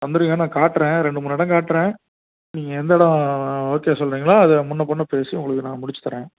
வந்துடுங்க நான் காட்டுறேன் ரெண்டு மூணு இடம் காட்டுறேன் நீங்கள் எந்த இடம் ஓகே சொல்கிறீங்களோ அதை முன்னே பின்னே பேசி உங்களுக்கு நான் முடித்து தரேன்